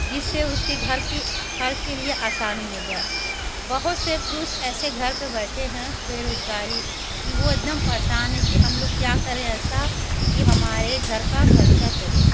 जिससे उसके घर के ख़र्च के लिए आसानी हो जाए बहुत से पुरुष ऐसे घर पर बैठे हैं बेरोज़गारी कि वे एक दम परेशान हैं कि हम लोग क्या करें ऐसा कि हमारे घर का ख़र्चा चले